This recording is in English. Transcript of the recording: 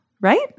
right